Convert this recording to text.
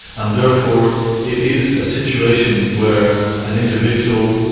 and therefore it is a situation where an individual,